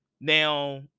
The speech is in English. now